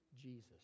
Jesus